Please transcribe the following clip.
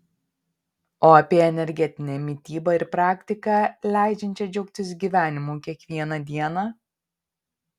o apie energetinę mitybą ir praktiką leidžiančią džiaugtis gyvenimu kiekvieną dieną